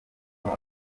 wabo